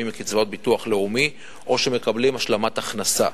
מקצבאות ביטוח לאומי או שמקבלים השלמת הכנסה.